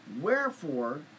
Wherefore